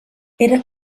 era